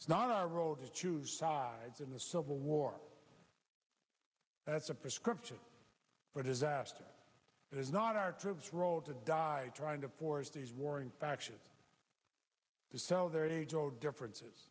it's not our role to choose sides in the civil war that's a prescription for disaster it is not our troops road to die trying to force these warring factions to sell their age old differences